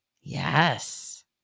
Yes